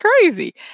crazy